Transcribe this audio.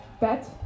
Bet